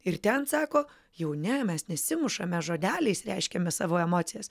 ir ten sako jau ne mes nesimušame žodeliais reiškiame savo emocijas